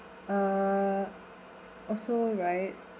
uh also right